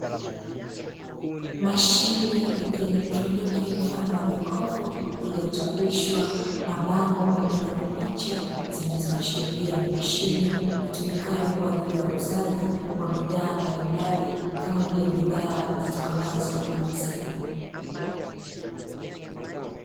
Mashine ya kielektroniki mfano wa jokofu, iliyochapishwa mabango pamoja na picha zinazoashiria ni mashine itumikayo kwa ajili ya uuzaji wa bidhaa mbalimbali, kama vile bidhaa zitokanazo na maziwa.